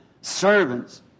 servants